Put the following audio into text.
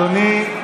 אדוני,